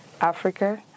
Africa